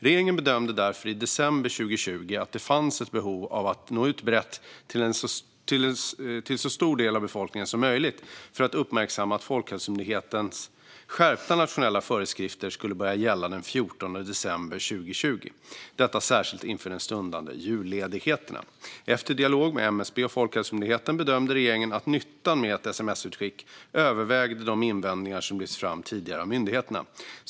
Regeringen bedömde därför i december 2020 att det fanns ett behov av att nå ut brett till så stor del av befolkningen som möjligt för att uppmärksamma att Folkhälsomyndighetens skärpta nationella föreskrifter skulle börja gälla den 14 december 2020. Detta särskilt inför de stundande julledigheterna. Efter dialog med MSB och Folkhälsomyndigheten bedömde regeringen att nyttan med ett sms-utskick övervägde de invändningar som lyfts fram tidigare av myndigheter.